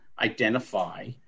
identify